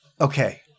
Okay